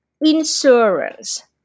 insurance